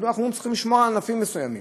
כי אנחנו צריכים לשמור על ענפים מסוימים,